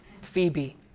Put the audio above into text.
Phoebe